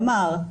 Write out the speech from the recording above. כלומר,